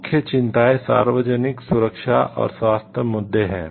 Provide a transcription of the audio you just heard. मुख्य चिंताएं सार्वजनिक सुरक्षा और स्वास्थ्य मुद्दे हैं